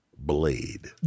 Blade